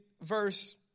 verse